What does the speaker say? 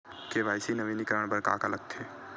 KYC नवीनीकरण बर का का लगथे?